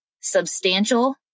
substantial